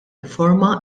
riforma